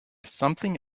something